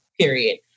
Period